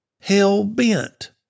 hell-bent